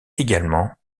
également